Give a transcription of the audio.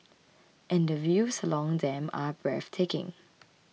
and the views along them are breathtaking